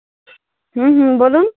হুম হুম বলুন